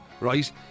right